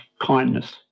kindness